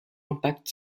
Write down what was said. impact